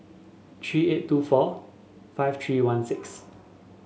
three eight two four five three one six